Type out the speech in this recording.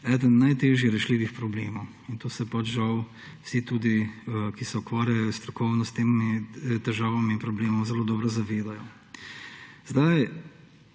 eden najtežje rešljivih problemov. In tega se žal tudi vsi, ki se ukvarjajo strokovno s temi težavami in problemi, zelo dobro zavedajo.